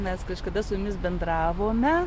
mes kažkada su jumis bendravome